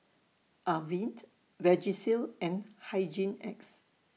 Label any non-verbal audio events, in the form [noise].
Avene [unintelligible] Vagisil and Hygin X